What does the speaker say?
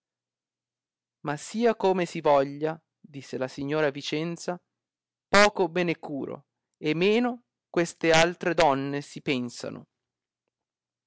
sia come si voglia disse la signora vicenza poco me ne curo e meno queste altre donne si pensano